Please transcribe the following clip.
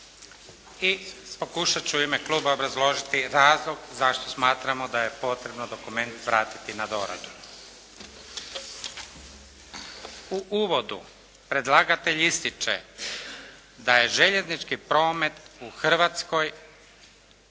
I pokušat ću u ime kluba obrazložiti razlog zašto smatramo da je potrebno dokument vratiti na doradu. U uvodu predlagatelj ističe da je željeznički promet u Hrvatskoj